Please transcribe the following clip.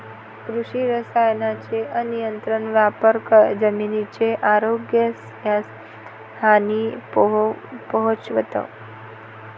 कृषी रसायनांचा अनियंत्रित वापर जमिनीच्या आरोग्यास हानी पोहोचवतो